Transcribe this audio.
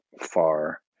far